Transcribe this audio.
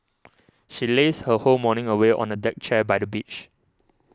she lazed her whole morning away on a deck chair by the beach